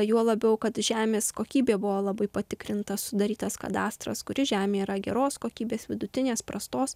juo labiau kad žemės kokybė buvo labai patikrinta sudarytas kadastras kuri žemė yra geros kokybės vidutinės prastos